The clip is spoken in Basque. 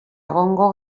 egongo